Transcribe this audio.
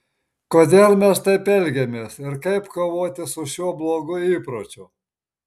kodėl mes taip elgiamės ir kaip kovoti su šiuo blogu įpročiu